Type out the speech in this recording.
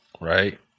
Right